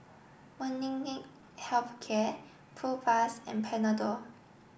Molnylcke Health Care Propass and Panadol